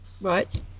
right